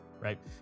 right